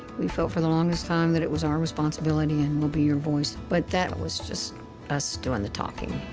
we felt for the longest time that it was our responsibility and we'll be your voice, but that was just us doing the talking.